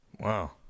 Wow